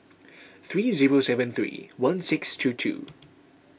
three zero seven three one six two two